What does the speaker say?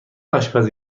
آشپزی